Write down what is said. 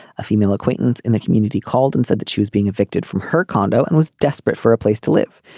a female acquaintance in the community called and said that she was being evicted from her condo and was desperate for a place to live.